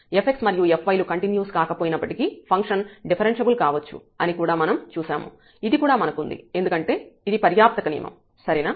fx మరియు fy లు continuous కాకపోయినప్పటికీ ఫంక్షన్ డిఫరెన్ష్యబుల్ కావచ్చు అని కూడా మనం చూశాము ఇది కూడా మనకు ఉంది ఎందుకంటే ఇది పర్యాప్తక నియమం సరేనా